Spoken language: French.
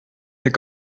fait